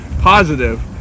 positive